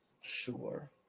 Sure